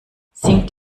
singt